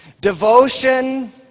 devotion